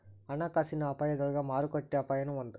ಹಣಕಾಸಿನ ಅಪಾಯದೊಳಗ ಮಾರುಕಟ್ಟೆ ಅಪಾಯನೂ ಒಂದ್